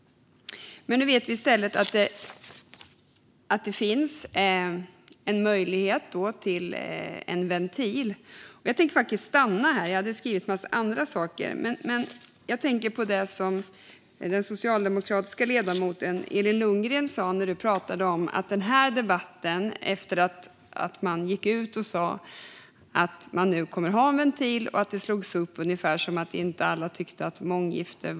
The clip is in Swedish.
Men nu vet vi i stället att det finns en möjlighet till en ventil. Jag tänker faktiskt stanna här. Jag hade skrivit en massa andra saker i mitt manus, men jag tänker på det som den socialdemokratiska ledamoten Elin Lundgren sa. Hon pratade om att det, efter att man gick ut och sa att man nu kommer att ha en ventil, slogs upp ungefär som att inte alla är emot månggifte.